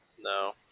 No